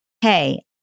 hey